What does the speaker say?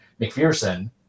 McPherson